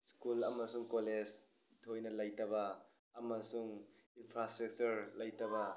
school ꯑꯃꯁꯨꯡ college ꯊꯣꯏꯅ ꯂꯩꯇꯕ ꯑꯃꯁꯨꯡꯏꯟꯐ꯭ꯔꯥꯁ꯭ꯇꯔꯛꯆꯔ ꯂꯩꯇꯕ